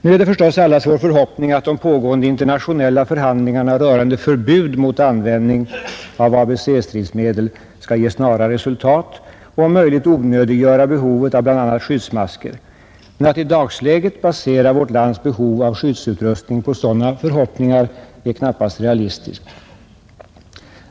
Det är naturligtvis allas förhoppning att de pågående internationella förhandlingarna rörande förbud mot användande av ABC-stridsmedel skall ge snara resultat och om möjligt onödiggöra användandet av bl.a. skyddsmasker, men att i dagsläget basera vårt lands behov av skyddsutrustning på sådana förhoppningar är knappast realistiskt.